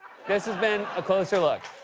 this has been a closer look.